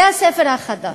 זה הספר החדש,